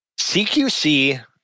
CQC